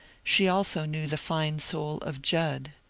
she also knew the fine soul of judd.